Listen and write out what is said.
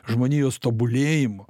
žmonijos tobulėjimo